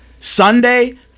Sunday